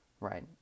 right